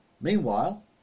meanwhile